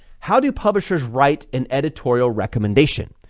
how do publishers write an editorial recommendation?